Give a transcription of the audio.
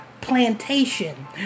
plantation